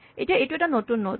এতিয়া এইটো এটা নতুন নড